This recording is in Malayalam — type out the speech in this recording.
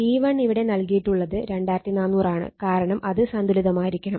E1 ഇവിടെ നൽകിയിട്ടുള്ളത് 2400 ആണ് കാരണം അത് സന്തുലിതമായിരിക്കണം